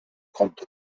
konnte